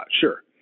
sure